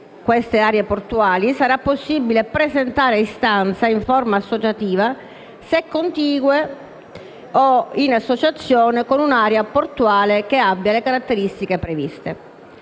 tali aree portuali sarà possibile presentare istanza in forma associativa, se contigue, o in associazione con un'area portuale che abbia le caratteristiche previste.